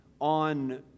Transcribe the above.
on